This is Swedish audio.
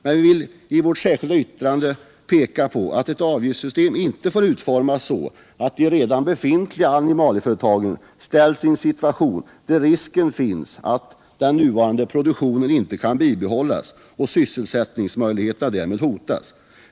Men i vårt särskilda yttrande vill vi peka på att ett avgiftssystem icke får utformas så, att de redan befintliga animalieföretagen ställs i en situation där risken finns att den nuvarande produktionen inte kan bi = Jordbrukspolitibehållas och sysselsättningsmöjligheterna därmed hotas.